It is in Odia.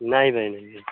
ନାଇ ଭାଇ ନାଇ